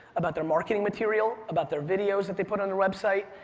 about their marketing material, about their videos that they put on their website,